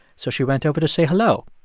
so she went over to say hello.